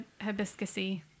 hibiscus-y